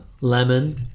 Lemon